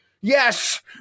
yes